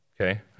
okay